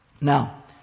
Now